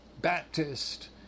Baptist